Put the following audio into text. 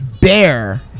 bear